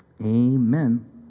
Amen